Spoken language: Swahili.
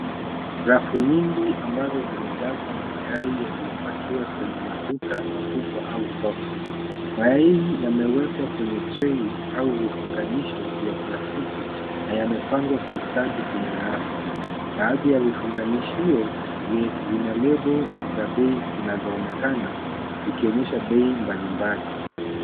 Rafu nyingi ambazo zimejazwa na mayai yaliyopakiwa kwenye maduka makubwa au soko. Mayai yawekwa kwenye trei au vifunganisho vya plastiki na yamepangwa kwa ustadi kwenye rafu. Baadhi ya vifunganishio vina lebo za bei zinazooekana zikionyesha bei mbalimbali.